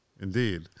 Indeed